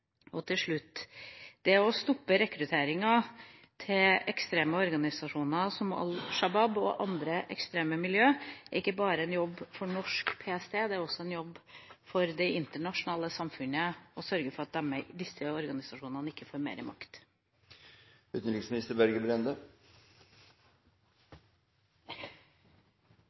Til slutt: Det å stoppe rekrutteringa til ekstreme organisasjoner som Al Shabaab og andre ekstreme miljø er ikke bare en jobb for norsk PST, det er også en jobb for det internasjonale samfunnet å sørge for at disse organisasjonene ikke får